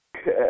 Okay